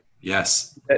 Yes